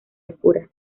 oscura